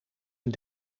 een